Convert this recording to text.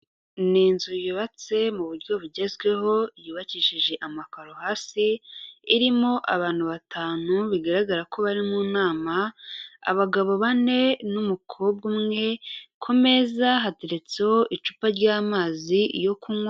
Ni inzu yubatse mu buryo bugezweho yubakishije amakaro hasi, irimo abantu batanu bigaragara ko bari mu nama; abagabo bane n'umukobwa umwe, ku meza hateretseho icupa ry'amazi yo kunywa.